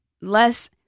less